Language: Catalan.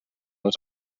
les